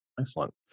Excellent